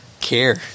care